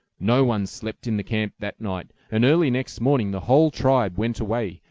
no one slept in the camp that night, and early next morning the whole tribe went away,